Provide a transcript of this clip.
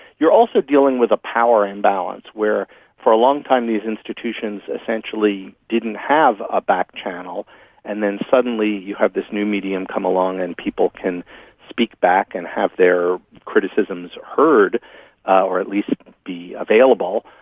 you are also dealing with a power imbalance where for a long time these institutions essentially didn't have a back channel and then suddenly you have this new medium come along and people can speak back and have their criticisms heard or at least be available.